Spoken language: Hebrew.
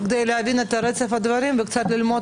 אני אשמח כדי להבין את רצף הדברים וקצת ללמוד